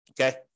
Okay